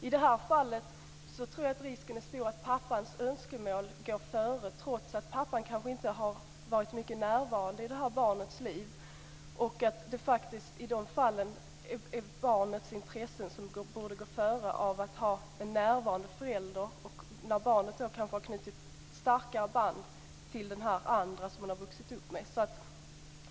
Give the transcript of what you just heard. I det fallet tror jag att risken är stor att pappans önskemål går före trots att pappan kanske inte har varit mycket närvarande i barnets liv. I de fallen borde barnets intresse av att ha en närvarande förälder gå före. Barnet har kanske knutit starkare band till den andre som det har vuxit upp med.